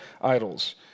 idols